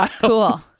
Cool